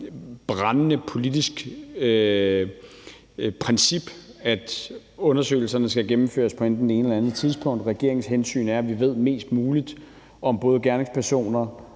brændende politisk princip, at undersøgelserne skal gennemføres på enten det eller det andet tidspunkt. Regeringens hensyn er, at vi ved mest muligt om både gerningspersoner